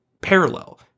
parallel